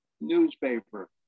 newspaper